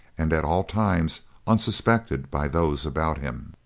and at all times unsuspected by those about him.